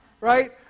right